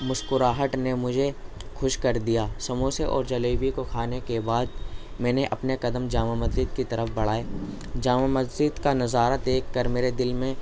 مسکراہٹ نے مجھے کھوش کر دیا سموسے اور جلیبی کو کھانے کے بعد میں نے اپنے کدم جامع مسجد کی طرف بڑھائے جامع مسجد کا نظارہ دیکھ کر میرے دل میں